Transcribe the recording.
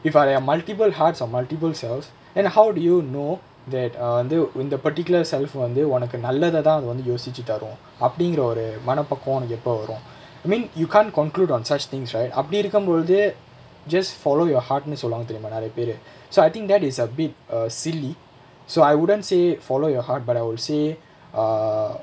if you are there are multiple hearts or multiple cells then how did you know that err நா வந்து இந்த:naa vanthu intha particular self வந்து ஒனக்கு நல்லததா அது வந்து யோசிச்சு தரும் அப்டிங்குற ஒரு மனபக்குவோ ஒனக்கு எப்ப வரும்:vanthu onakku nallathathaa athu vanthu yosichu tharum apdingura oru manapakkuvo onakku eppa varum I mean you can't conclude on such things right அப்டி இருக்கும் பொழுது:apdi irukkum poluthu just follow your heart ன்னு சொல்லுவாங்க தெரியுமா நிறைய பேரு:nu solluvaanga theriyumaa niraiya peru so I think that is a bit silly so I wouldn't say follow your heart but I would say err